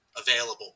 available